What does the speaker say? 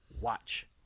watch